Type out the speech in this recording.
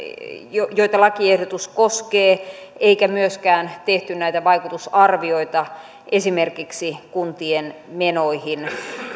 joita lakiehdotus koskee eikä myöskään tehty näitä vaikutusarvioita esimerkiksi kuntien menoista